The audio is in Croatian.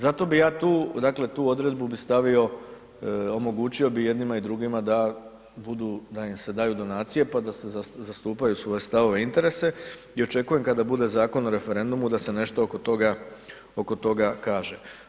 Zato bi ja tu, dakle, tu odredbu bi stavio, omogućio bi i jednima i drugima da budu, da im se daju donacije, pa da zastupaju svoje stavove i interese i očekujem da kada bude Zakon o referendumu da se nešto oko toga, oko toga kaže.